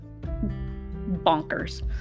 bonkers